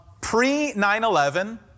pre-9-11